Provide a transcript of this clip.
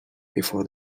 before